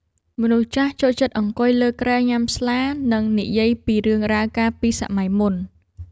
មនុស្សចាស់ចូលចិត្តអង្គុយលើគ្រែញ៉ាំស្លា និងនិយាយពីរឿងរ៉ាវកាលពីសម័យមុន។